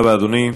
תודה רבה, אדוני.